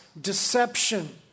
deception